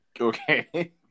Okay